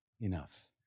enough